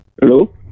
Hello